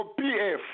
PF